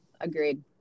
Agreed